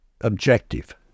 objective